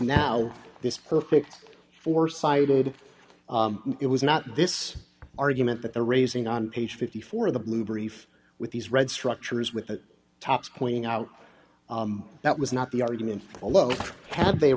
now this perfect four sided it was not this argument that the raising on page fifty four of the blue brief with these red structures with the tops pointing out that was not the argument below had they